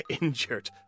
injured